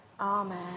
Amen